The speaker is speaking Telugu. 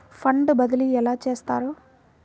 ఫండ్ బదిలీ ఎలా చేస్తారు?